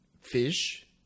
fish